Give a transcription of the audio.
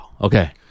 Okay